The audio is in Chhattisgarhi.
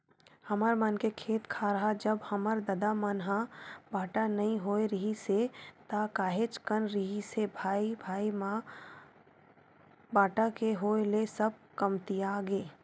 हमर मन के खेत खार ह जब हमर ददा मन ह बाटा नइ होय रिहिस हे ता काहेच कन रिहिस हे भाई भाई म बाटा के होय ले सब कमतियागे